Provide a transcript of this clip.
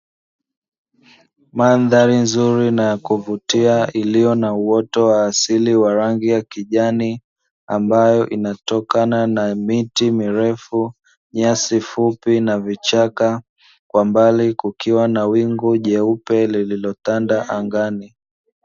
Mandhari nzuri na ya kuvutia iliyo na uoto wa asili wa rangi ya kijani ambayo inatokana na miti mirefu, nyasi fupi na vichaka, kwa mbali kukiwa na wingu jeupe lililotanda angani.